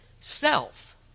self